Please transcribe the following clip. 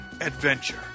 adventure